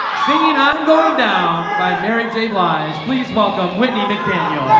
singing i'm going down by mary lives, please. welcome whitney mcdaniel